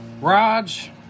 Raj